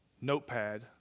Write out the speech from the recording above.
notepad